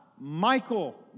Michael